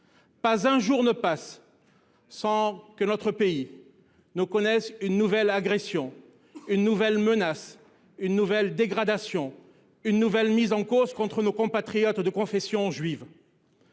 Pas un jour ne passe sans que notre pays connaisse une nouvelle agression, une nouvelle menace, une nouvelle dégradation, une nouvelle mise en cause contre nos compatriotes de confession juive.